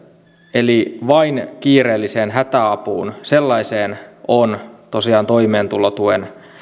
eli vain kiireelliseen hätäapuun on tosiaan toimeentulotuen